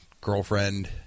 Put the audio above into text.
girlfriend